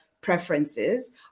preferences